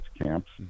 camps